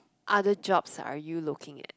other jobs are you looking at